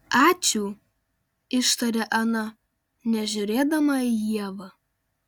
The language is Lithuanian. ačiū ištarė ana nežiūrėdama į ievą